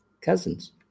cousins